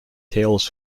tales